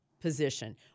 position